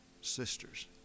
sisters